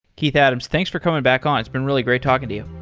keith adams, thanks for coming back on. it's been really great talking to you.